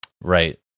Right